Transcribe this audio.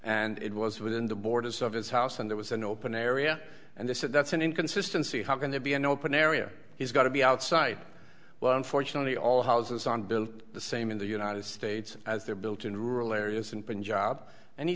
and it was within the borders of his house when there was an open area and they said that's an inconsistency how can there be an open area he's got to be outside well unfortunately all houses on built the same in the united states as they're built in rural areas in punjab and he